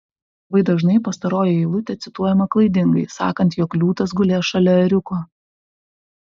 labai dažnai pastaroji eilutė cituojama klaidingai sakant jog liūtas gulės šalia ėriuko